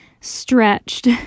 stretched